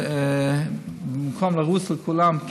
במקום לרוץ לכולם,